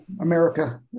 America